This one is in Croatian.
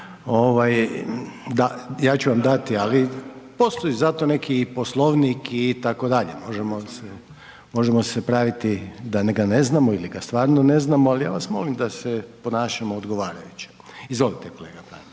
ja ću vam dati, ali postoji za to i neki Poslovnik itd., možemo se, možemo se praviti da ga ne znamo ili ga stvarno ne znamo, ali ja vas molim da se ponašamo odgovarajuće. Izvolite kolega Pranić.